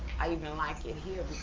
i even like it here,